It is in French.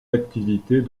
activités